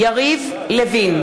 מתחייב אני יריב לוין,